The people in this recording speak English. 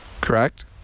Correct